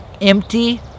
empty